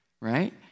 Right